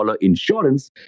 insurance